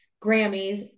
grammys